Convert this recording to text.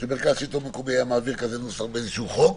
שמרכז השלטון המקומי היה מעביר נוסח כזה באיזשהו חוק.